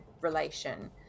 relation